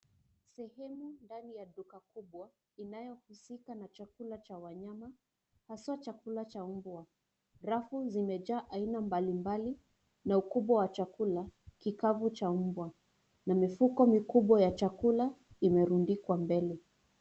Sehemu ndani ya duka kubwa inayohusika na chakula cha wanyama haswa chakula cha umbwa , rafu zimejaa aina mbalimbali na ukubwa wa chakula kikavu cha mbwa na mifuko mikubwa ya chakula imerundikwa mbele.